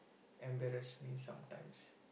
embarrass me sometimes